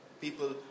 people